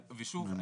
ושוב,